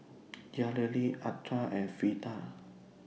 Yareli Ardath and Freeda